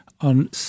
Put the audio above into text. on